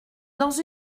dans